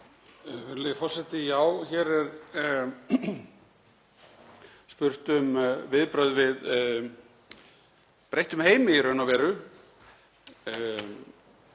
Virðulegi forseti. Já, hér er spurt um viðbrögð við breyttum heimi í raun og veru.